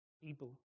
people